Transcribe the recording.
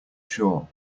shore